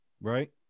Right